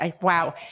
wow